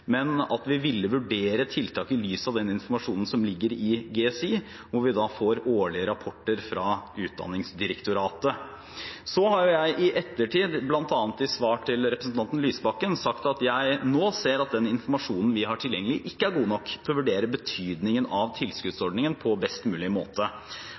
men at vi ville vurdere tiltaket i lys av den informasjonen som ligger i GSI, hvor vi får årlige rapporter fra Utdanningsdirektoratet. Så har jeg i ettertid, bl.a. i svar til representanten Lysbakken, sagt at jeg nå ser at den informasjonen vi har tilgjengelig, ikke er god nok til å vurdere betydningen av tilskuddsordningen på best mulig måte.